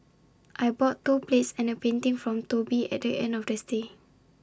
I bought two plates and A painting from Toby at the end of the stay